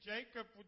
Jacob